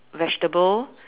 vegetable